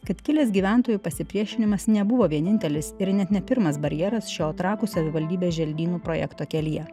kad kilęs gyventojų pasipriešinimas nebuvo vienintelis ir net ne pirmas barjeras šio trakų savivaldybės želdynų projekto kelyje